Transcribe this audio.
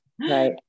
Right